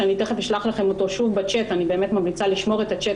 שתיכף אשלח לכם אותו שוב בצ'ט אני באמת ממליצה לשמור את הצ'ט,